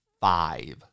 five